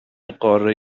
قاره